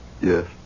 Yes